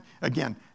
Again